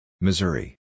Missouri